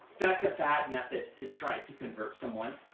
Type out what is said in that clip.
that's a bad method to try to convert someone.